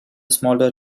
smaller